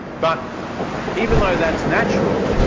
but even though that's natural,